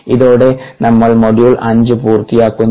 ഇതോടെ നമ്മൾ മൊഡ്യൂൾ 5 പൂർത്തിയാക്കുന്നു